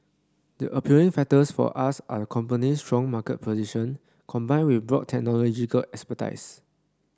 the appealing factors for us are company strong market position combined with broad technological expertise